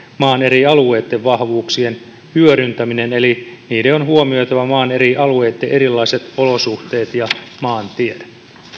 maan eri alueitten vahvuuksien hyödyntäminen eli niiden on huomioitava maan eri alueitten erilaiset olosuhteet ja maantiede